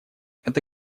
это